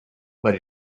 but